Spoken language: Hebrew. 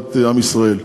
ולטובת עם ישראל.